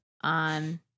on